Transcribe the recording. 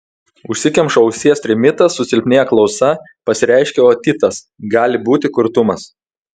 užsikemša ausies trimitas susilpnėja klausa pasireiškia otitas gali būti kurtumas